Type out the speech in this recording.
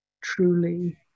truly